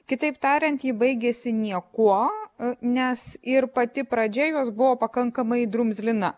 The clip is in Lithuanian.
kitaip tariant ji baigėsi niekuo nes ir pati pradžia jos buvo pakankamai drumzlina